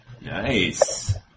Nice